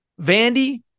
Vandy